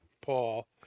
Paul